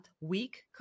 week